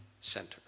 center